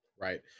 Right